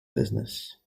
business